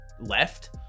left